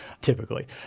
typically